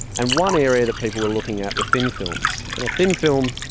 and one area that people were looking at were thin films. and a thin film.